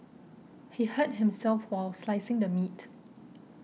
he hurt himself while slicing the meat